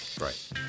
Right